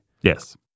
yes